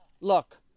look